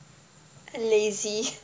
I lazy